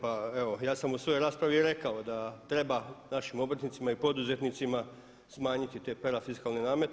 Pa evo ja sam u svojoj raspravi i rekao da treba našim obrtnicima i poduzetnicima smanjiti ta parafiskalne namete.